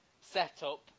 Setup